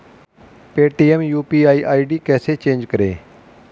Paytm UPI ID कैसे change करें?